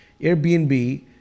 Airbnb